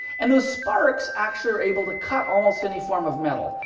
and those sparks actually are able to cut almost any form of metal.